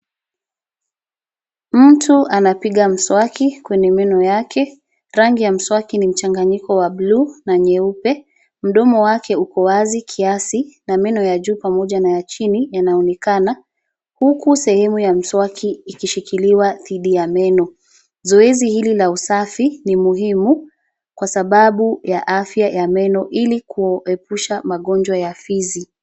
Mtu anapiga mswaki kwenye meno yake. Rangi ya mswaki ni mchanganyiko wa bluu na nyeupe. Mdomo wake uko wazi kiasi, na meno ya juu pamoja na ya chini yanaonekana. Huku sehemu ya mswaki ikishikiliwa dhidi ya meno. Zoezi hili la usafi, ni muhimu, kwa sababu ya afya ya meno, ili kuepusha magonjwa ya fizi.